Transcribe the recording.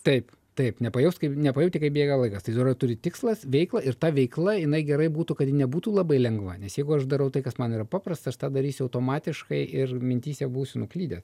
taip taip nepajaus kaip nepajauti kaip bėga laikas tai turi tikslas veiklą ir ta veikla jinai gerai būtų kad nebūtų labai lengva nes jeigu aš darau tai kas man yra paprastas aš tą darysiu automatiškai ir mintyse būsiu nuklydęs